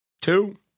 two